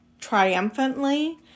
Triumphantly